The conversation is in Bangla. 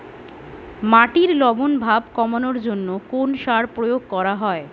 মাটির লবণ ভাব কমানোর জন্য কোন সার প্রয়োগ করা হয়?